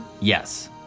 yes